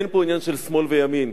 אין פה עניין של שמאל וימין.